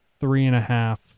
three-and-a-half